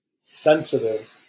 sensitive